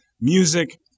music